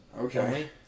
okay